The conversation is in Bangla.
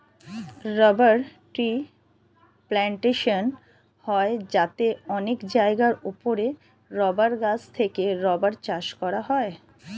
রাবার ট্রি প্ল্যান্টেশন হয় যাতে অনেক জায়গার উপরে রাবার গাছ থেকে রাবার চাষ করা হয়